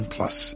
Plus